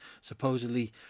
supposedly